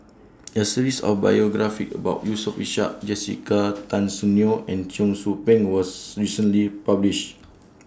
A series of biographies about Yusof Ishak Jessica Tan Soon Neo and Cheong Soo Pieng was recently published